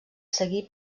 seguir